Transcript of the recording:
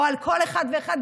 על כל אחד ואחד,